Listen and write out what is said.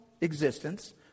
existence